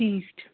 ٹھیٖک چھُ